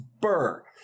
Burr